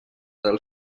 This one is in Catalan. del